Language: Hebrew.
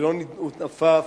ללא נדנוד עפעף,